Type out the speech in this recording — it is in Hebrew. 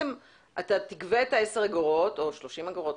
שאתה תגבה 10 אגורות או 30 אגורות,